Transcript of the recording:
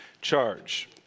charge